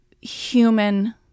human